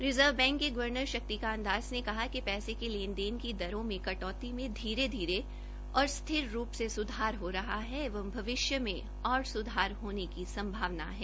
reserve bank के governor Shaktikanta Das ने कहा कि पैसे के लेन देन की दरों में कटौती में धीरे धीरे और स्थिर रूप से सुधार हो रहा है एवं भविष्य में और सुधार होने की संभावना है